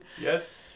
Yes